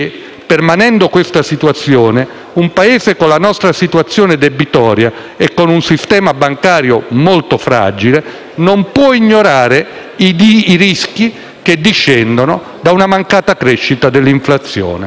permanendo questa situazione - un Paese con il nostro quadro debitorio e con un sistema bancario molto fragile non può ignorare i rischi che discendono da una mancata crescita dell'inflazione.